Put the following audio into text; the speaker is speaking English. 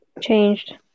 changed